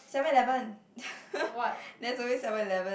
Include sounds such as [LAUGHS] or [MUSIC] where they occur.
seven eleven [LAUGHS] there's always seven eleven